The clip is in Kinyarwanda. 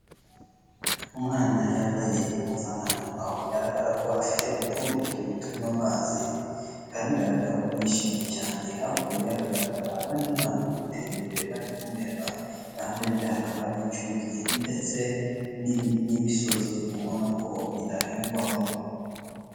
Umwana yambaye impuzankano aho bigaragara ko afite udukombe tubiri turimo amazi bikaba bigaragara ko yishimye cyane hakurya hakagaragara abandi bana bamwitegereje bari kumureba iruhande rwe hakaba hari icyuzi ndetse n'ibisozi ubona ko bidahingwamo.